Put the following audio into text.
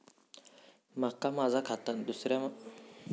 माका माझा खाता दुसऱ्या मानसाच्या खात्याक लिंक करूचा हा ता कसा?